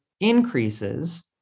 increases